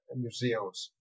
museums